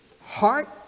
Heart